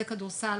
כדורסל,